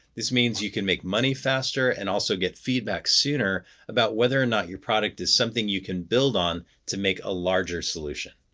this means you can make money faster and also get feedback sooner about whether or not your product is something you can build on to make a larger solution.